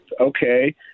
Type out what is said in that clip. Okay